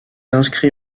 inscrit